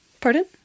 Pardon